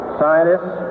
scientists